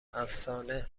افسانه